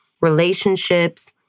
relationships